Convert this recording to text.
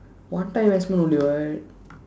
one time explode only what